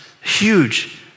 huge